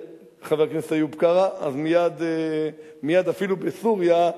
חבר הכנסת איוב קרא, מייד, אפילו בסוריה,